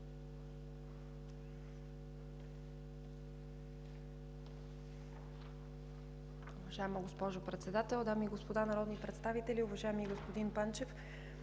Добре